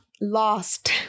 Lost